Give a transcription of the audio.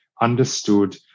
understood